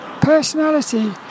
personality